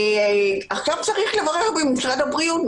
ועכשיו צריך לברר עם משרד הבריאות .